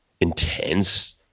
intense